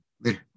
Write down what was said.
Later